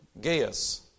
Gaius